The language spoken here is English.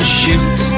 shoot